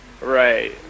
Right